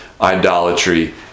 idolatry